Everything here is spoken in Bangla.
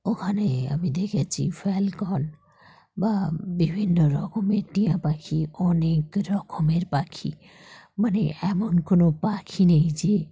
ওখানে আমি দেখেছি ফ্যালকন বা বিভিন্ন রকমের টিয়া পাখি অনেক রকমের পাখি মানে এমন কোনো পাখি নেই যে